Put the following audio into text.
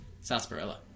Sarsaparilla